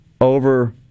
over